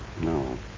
No